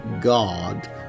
God